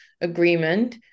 agreement